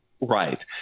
Right